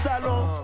salon